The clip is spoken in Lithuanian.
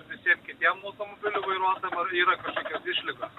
visiem kitiem automobilių vairuotojam ar yra kažkokios išlygos